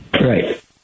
right